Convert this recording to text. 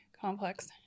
complex